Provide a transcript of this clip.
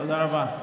תודה רבה.